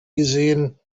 gesehen